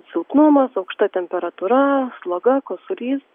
silpnumas aukšta temperatūra sloga kosulys